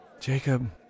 Jacob